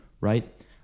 right